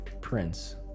prince